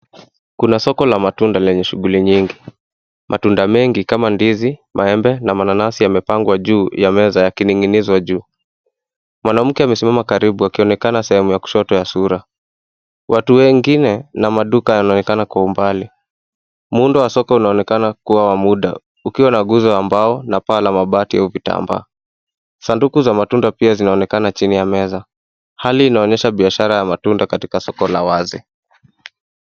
Kuna soko la matunda lenye shughuli nyingi, matunda mengi kama ndizi, maembe na mananasi yamepangwa juu ya meza yakining'inizwa hapo juu, mwanamkea amesimama karibu akionekana kushoto ya sura, watu wengine na maduka wakionekaka kwa umbali, muundo wa soko unaonekana kuwa wa muda, ukiwa na guzo na mbao na paa la mabati au vitambaa, sanduku za matunda pia zinaonekana chini ya meza, hali inaonyesha biashara ya matunda katika soko la wazi.